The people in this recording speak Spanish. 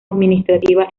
administrativa